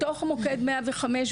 בתוך מוקד 105,